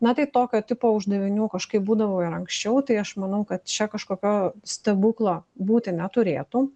na tai tokio tipo uždavinių kažkaip būdavo ir anksčiau tai aš manau kad čia kažkokio stebuklo būti neturėtų